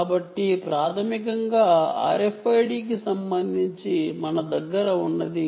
కాబట్టి ఇది ప్రాథమికంగా RFID కి సంబంధించి మన దగ్గర ఉన్నది